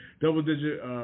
Double-digit